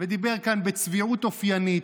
ודיבר כאן בצביעות אופיינית,